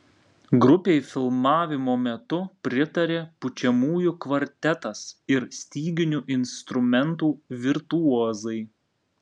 grupei filmavimo metu pritarė pučiamųjų kvartetas ir styginių instrumentų virtuozai